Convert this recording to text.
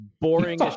boring